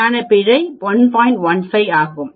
15 ஆகும்